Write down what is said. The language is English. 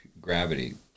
gravity